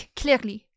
clearly